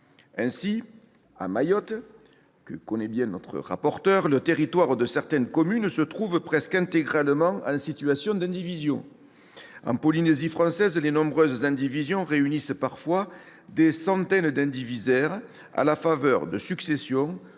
Ainsi, à Mayotte, que connaît bien notre rapporteur, le territoire de certaines communes se trouve presque intégralement en situation d'indivision. En Polynésie française, les nombreuses indivisions réunissent parfois des centaines d'indivisaires à la faveur de successions